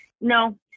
no